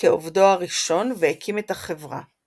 כעובדו הראשון והקים את החברה.